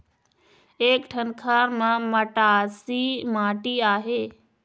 एक ठन खार म मटासी माटी आहे?